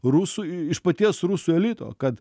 rusų iš paties rusų elito kad